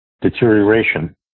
deterioration